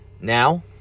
now